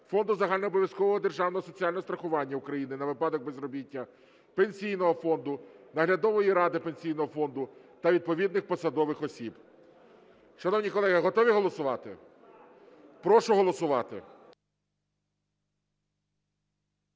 Фонду загальнообов'язкового державного соціального страхування України на випадок безробіття, Пенсійного фонду, Наглядової ради Пенсійного фонду та відповідних посадових осіб. Шановні колеги, готові голосувати? Прошу голосувати.